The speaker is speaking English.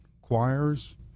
Choirs